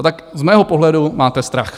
Tak z mého pohledu máte strach.